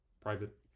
private